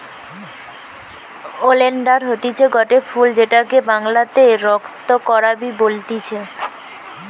oleander হতিছে গটে ফুল যেটাকে বাংলাতে রক্ত করাবি বলতিছে